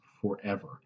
forever